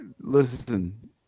Listen